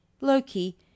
Loki